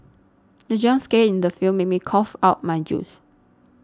the jump scare in the film made me cough out my juice